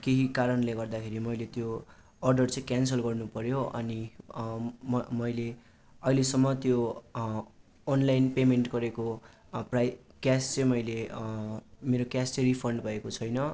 केही कारणले गर्दाखेरि मैले त्यो अर्डर चाहिँ क्यानसल गर्नु पऱ्यो अनि म मैले अहिलेसम्म त्यो अनलाइन पेमेन्ट गरेको प्राइ क्यास चाहिँ मैले मेरो क्यास चाहिँ रिफन्ड भएको छैन